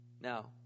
Now